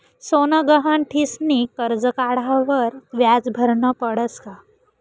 सोनं गहाण ठीसनी करजं काढावर व्याज भरनं पडस का?